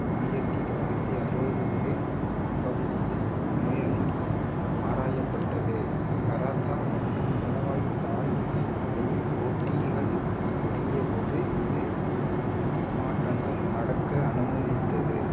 ஆயிரத்தி தொள்ளாயிரத்தி அறுபதுகளின் முற்பகுதியில் மேலும் ஆராயப்பட்டது கராத்தா மற்றும் மூவாய் தாய் இடையே போட்டிகள் தொடங்கியபோது இது விதி மாற்றங்கள் நடக்க அனுமதித்தது